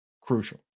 crucial